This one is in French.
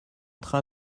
train